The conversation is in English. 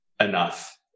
enough